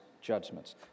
judgments